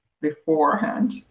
beforehand